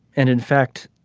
and in fact